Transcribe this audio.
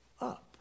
up